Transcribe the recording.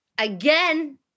Again